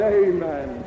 amen